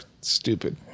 Stupid